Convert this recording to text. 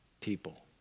people